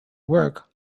work